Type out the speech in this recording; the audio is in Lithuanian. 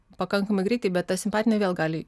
pakankamai greitai bet ta simpatinė vėl gali